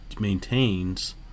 maintains